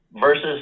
versus